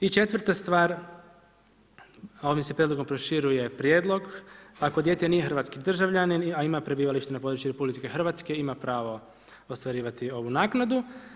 I četvrta stvar, ovim se prijedlogom proširuje prijedlog, ako dijete nije hrvatski državljanin, a ima prebivalište na području RH ima pravo ostvarivati ovu naknadu.